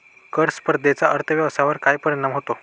कर स्पर्धेचा अर्थव्यवस्थेवर काय परिणाम होतो?